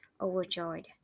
overjoyed